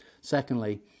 Secondly